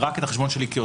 רק את החשבון שלי כעוסק,